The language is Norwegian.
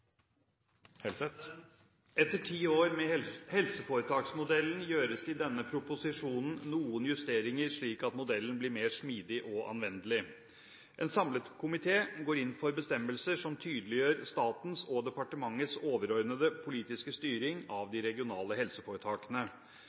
Etter ti år med helseforetaksmodellen gjøres det i denne proposisjonen noen justeringer slik at modellen blir mer smidig og anvendelig. En samlet komité går inn for bestemmelser som tydeliggjør statens og departementets overordnede politiske styring av de regionale helseforetakene.